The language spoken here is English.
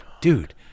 dude